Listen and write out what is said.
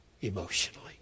emotionally